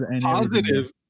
Positive